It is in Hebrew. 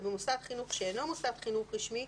ובמוסד חינוך שאינו מוסד חינוך רשמי,